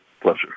pleasure